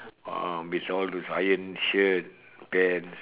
!wah! with all those ironed shirts pants